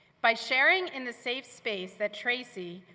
by sharing in the safe space that tracy,